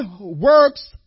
works